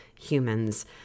humans